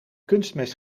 kunstmest